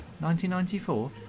1994